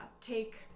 take